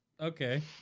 Okay